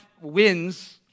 wins